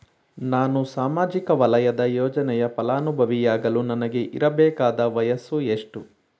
ನಾನು ಸಾಮಾಜಿಕ ವಲಯದ ಯೋಜನೆಯ ಫಲಾನುಭವಿ ಯಾಗಲು ನನಗೆ ಇರಬೇಕಾದ ವಯಸ್ಸು ಎಷ್ಟು?